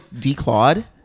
declawed